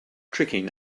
tricking